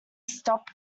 stop